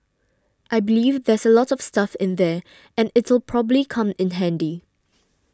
I believe there's a lot of stuff in there and it'll probably come in handy